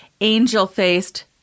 angel-faced